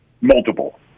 Multiple